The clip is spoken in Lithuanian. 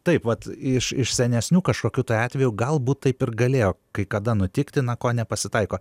taip vat iš iš senesnių kažkokių tai atvejų galbūt taip ir galėjo kai kada nutikti na ko nepasitaiko